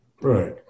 right